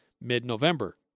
mid-November